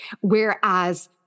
whereas